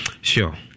Sure